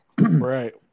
Right